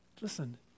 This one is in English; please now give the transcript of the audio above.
listen